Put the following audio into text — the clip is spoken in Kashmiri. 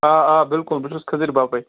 آ آ بلکُل بہٕ چھُس کھٔزٕر باپٲرۍ